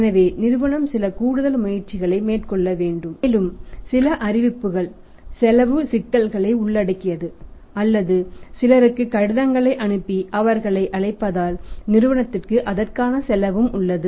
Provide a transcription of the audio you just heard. எனவே நிறுவனம் சில கூடுதல் முயற்சிகளை மேற்கொள்ள வேண்டும் மேலும் சில அறிவிப்புகள் செலவு சிக்கல்களை உள்ளடக்கியது அல்லது சிலருக்கு கடிதங்களை அனுப்பி அவர்களை அழைப்பதால் நிறுவனத்திற்கு அதற்கான செலவும் உள்ளது